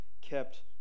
kept